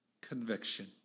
conviction